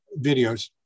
videos